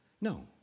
No